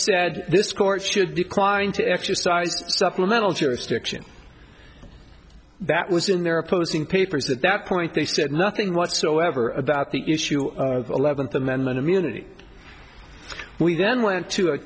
said this court should decline to exercise supplemental jurisdiction that was in their opposing papers at that point they said nothing whatsoever about the issue of eleventh amendment immunity we then went to